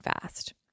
fast